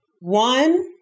One